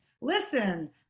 Listen